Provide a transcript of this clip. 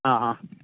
हँ हँ